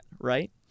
right